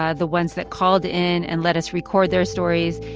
ah the ones that called in and let us record their stories.